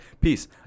Peace